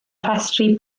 rhestru